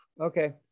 okay